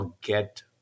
get